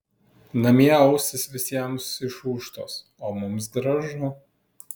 namie ausys visiems išūžtos o mums gražu